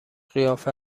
قیافه